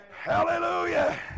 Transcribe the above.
Hallelujah